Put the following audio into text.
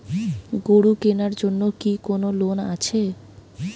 গরু কেনার জন্য কি কোন লোন আছে?